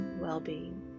well-being